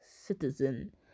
citizen